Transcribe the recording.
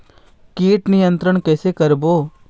कीट नियंत्रण कइसे करबो?